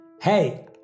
Hey